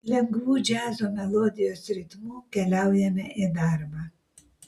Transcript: lengvu džiazo melodijos ritmu keliaujame į darbą